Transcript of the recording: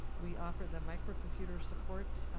we offer them microcomputer support,